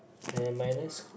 then minus